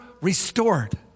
restored